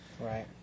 right